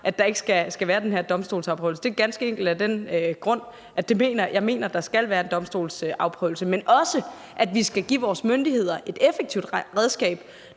at der ikke skal være den her domstolsprøvelse, og det er ganske enkelt af den grund, at jeg mener, at der skal være en domstolsprøvelse, men også, at vi skal give vores myndigheder et effektivt redskab,